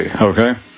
okay